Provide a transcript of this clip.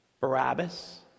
barabbas